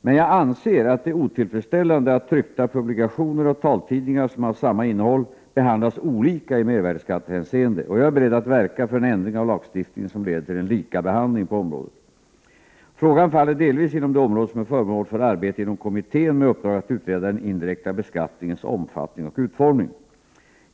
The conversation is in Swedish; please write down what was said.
Jag anser dock att det är otillfredsställande att tryckta publikationer och taltidningar som har samma innehåll behandlas olika i mervärdeskattehänseende, och jag är beredd att verka för en ändring av lagstiftningen som leder till en likabehandling på området. Frågan faller delvis inom det område som är föremål för arbete inom kommittén med uppdrag att utreda den indirekta beskattningens omfattning och utformning.